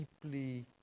deeply